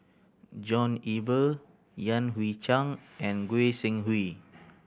John Eber Yan Hui Chang and Goi Seng Hui